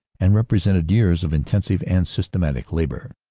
and represented years of intensive and systematic labor.